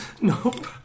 Nope